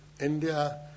India